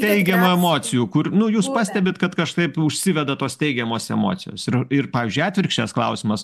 teigiamų emocijų kur nu jūs pastebit kad kažkaip užsiveda tos teigiamos emocijos ir ir pavyzdžiui atvirkščias klausimas